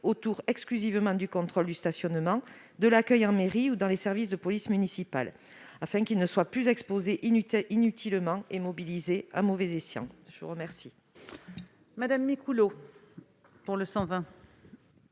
autour du contrôle du stationnement et de l'accueil en mairie ou dans les services de police municipale, afin qu'ils ne soient plus exposés inutilement et mobilisés à mauvais escient. L'amendement